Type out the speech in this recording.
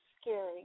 scary